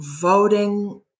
voting